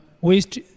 waste